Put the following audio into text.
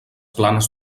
planes